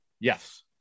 Yes